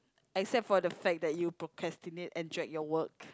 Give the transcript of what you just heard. except for the fact that you procrastinate and drag your work